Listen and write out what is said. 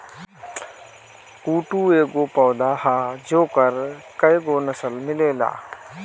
कुटू एगो पौधा ह जेकर कएगो नसल मिलेला